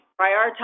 prioritize